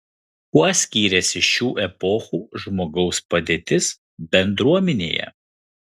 kuo skyrėsi šių epochų žmogaus padėtis bendruomenėje